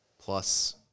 plus